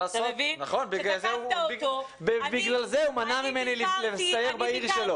נכון, בגלל זה הוא מנע ממני לסייר בעיר שלו.